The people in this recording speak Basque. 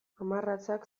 hamarratzak